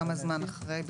כמה זמן אחרי בממוצע?